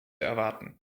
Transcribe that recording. erwarten